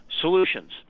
solutions